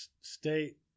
State